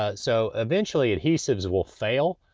ah so eventually adhesives will fail.